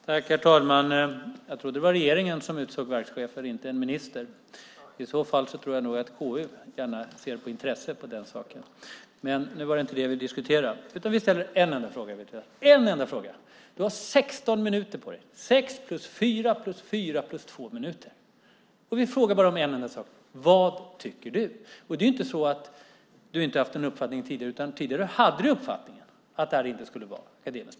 Herr talman! Jag trodde att det var regeringen som utsåg verkschefer och inte en minister. I så fall tror jag att KU ser med intresse på den saken. Men nu var det inte det vi diskuterade utan vi ställer en enda fråga. Du har 16 minuter på dig, 6+4+4+2 minuter. Och vi frågar bara om en enda sak: Vad tycker du? Det är ju inte så att du inte har haft en uppfattning tidigare, utan tidigare hade du uppfattningen att det här inte skulle vara en del av högskolan.